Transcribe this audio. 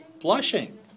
Blushing